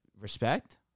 Respect